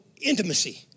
intimacy